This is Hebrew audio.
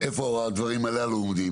איפה הדברים הללו עומדים,